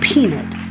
Peanut